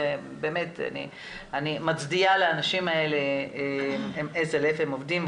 אני מצדיעה לאנשים האלה עם איזה לב הם עובדים.